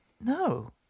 No